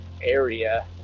area